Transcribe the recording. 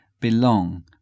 belong